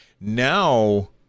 now